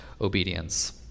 obedience